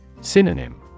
Synonym